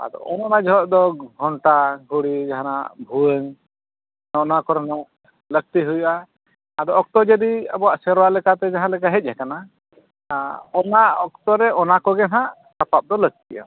ᱟᱫᱚ ᱚᱱᱟ ᱡᱚᱦᱚᱜ ᱫᱚ ᱜᱷᱚᱱᱴᱟ ᱜᱷᱩᱲᱤ ᱡᱟᱦᱟᱱᱟᱜ ᱵᱷᱩᱣᱟᱹᱝ ᱚᱱᱟ ᱠᱚ ᱨᱮᱱᱟᱜ ᱞᱟᱹᱠᱛᱤ ᱦᱩᱭᱩᱜᱼᱟ ᱟᱫᱚ ᱚᱠᱛᱚ ᱡᱟᱹᱱᱤᱡ ᱟᱵᱚᱣᱟᱜ ᱥᱮᱨᱣᱟ ᱞᱮᱠᱟᱛᱮ ᱡᱟᱦᱟᱸ ᱞᱮᱠᱟᱛᱮ ᱦᱮᱡ ᱟᱠᱟᱱᱟ ᱚᱱᱟ ᱚᱠᱛᱚ ᱨᱮ ᱚᱱᱟ ᱠᱚᱜᱮ ᱱᱟᱦᱟᱜ ᱥᱟᱯᱟᱵ ᱫᱚ ᱞᱟᱹᱠᱛᱤᱜᱼᱟ